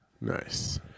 Nice